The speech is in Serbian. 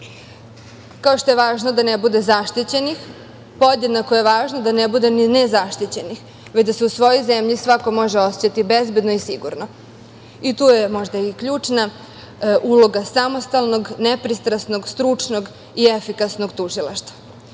što je važno da ne bude zaštićenih, podjednako je važno da ne bude ni nezaštićenih, već da se u svojoj zemlji svako može osećati bezbedno i sigurno. Tu je možda i ključna uloga samostalnog, nepristrasnog, stručnog i efikasnog